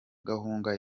gahunda